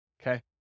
Okay